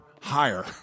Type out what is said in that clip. higher